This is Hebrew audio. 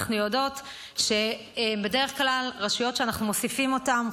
אנחנו יודעות שבדרך כלל רשויות שאנחנו מוסיפים אותן,